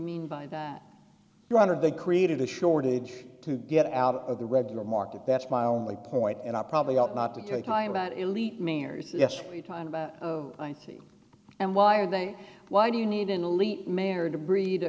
mean by the runner they created a shortage to get out of the regular market that's my only point and i probably ought not to take time about elite mayors yes i think and why are they why do you need an elite mayor to breed